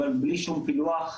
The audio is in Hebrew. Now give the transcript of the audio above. אבל בלי שום פילוח,